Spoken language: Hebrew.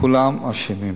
כולם אשמים.